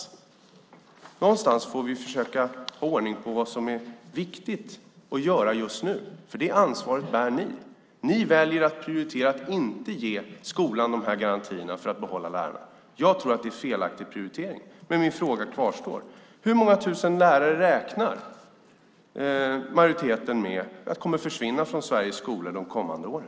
På något sätt måste vi försöka hålla ordning på vad som är viktigt att göra just nu. Det ansvaret bär ni, Sofia Larsen. Ni väljer att inte prioritera skolan och ge dessa garantier så att de ska kunna behålla lärarna. Jag tror att det är fel prioritering. Min fråga kvarstår: Hur många tusen lärare räknar majoriteten med kommer att försvinna från Sveriges skolor de kommande åren?